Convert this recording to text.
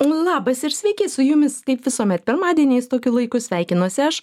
labas ir sveiki su jumis kaip visuomet pirmadieniais tokiu laiku sveikinuosi aš